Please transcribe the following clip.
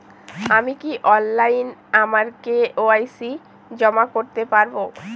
আমি কি অনলাইন আমার কে.ওয়াই.সি জমা করতে পারব?